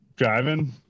driving